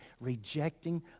Rejecting